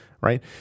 right